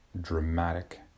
dramatic